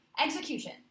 Execution